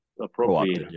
appropriate